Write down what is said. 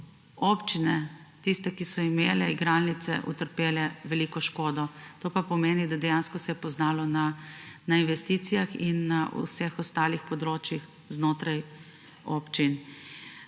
Občine, tiste, ki so imele igralnice, so utrpele veliko škodo. To pa pomeni, da se je dejansko poznalo na investicijah in na vseh ostalih področjih znotraj občin.